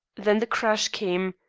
then the crash came.